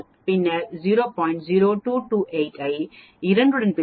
0228 ஐ 2 உடன் பெருக்கி 0